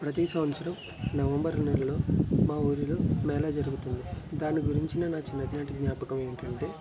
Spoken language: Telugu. ప్రతీ సంవత్సరం నవంబర్ నెలలో మా ఊరిలో మేళా జరుగుతుంది దాని గురించిన చిన్ననాటి జ్ఞాపకం ఏమిటి అంటే